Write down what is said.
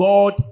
God